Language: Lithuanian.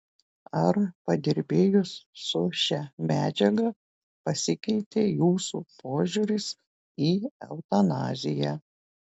ar padirbėjus su šia medžiaga pasikeitė jūsų požiūris į eutanaziją